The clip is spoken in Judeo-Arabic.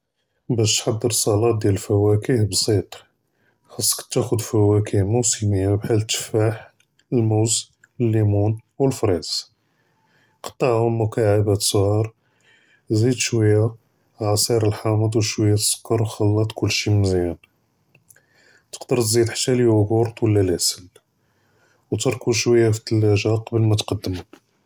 באש תחצ'ר סלאד דיאל אלפואכה בסיט חאצכ תאכ'ד פואכה מוסמיה בחאל אלתפאח, אלמוז, אללימון ואלפריז, קטעהום מקעבּאת צע'אר, זיד שויה עציר אלחאמץ ושויה ד אלסכּר וח'לט כלשי מזיאן, תקדר תזיד חתא אליוגרט ולא אלעשאל, ותרכּבו שויה פאתלאג'ה קבל מתקדמו.